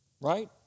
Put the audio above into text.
right